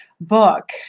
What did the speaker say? book